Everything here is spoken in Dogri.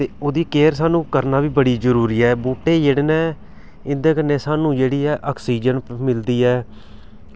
ते ओह्दी केयर सानूं करना बी बोह्त जरूरी ऐ बूह्टे जेह्ड़े न इंदे कन्नै सानूं जेह्ड़ी ऑक्सीजन मिलदी ऐ